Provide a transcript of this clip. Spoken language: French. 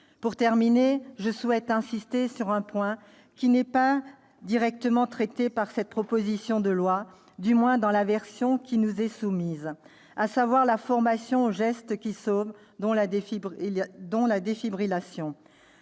Pour terminer, je souhaite insister sur un point qui n'est pas directement traité par cette proposition de loi, du moins dans la version qui nous est soumise, à savoir la formation aux gestes qui sauvent, dont la défibrillation.